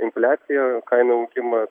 infliaciją kainų augimą